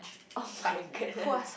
oh my goodness